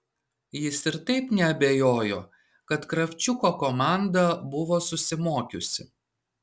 jis ir taip neabejojo kad kravčiuko komanda buvo susimokiusi